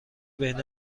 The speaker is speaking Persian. بین